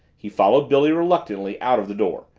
he followed billy reluctantly out of the door,